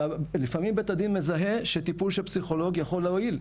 ולפעמים בית הדין מזהה שטיפול של פסיכולוג יכול להועיל.